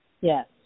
Yes